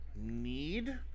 need